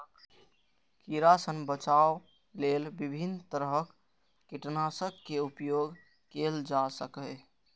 कीड़ा सं बचाव लेल विभिन्न तरहक कीटनाशक के उपयोग कैल जा सकैए